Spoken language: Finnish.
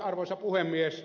arvoisa puhemies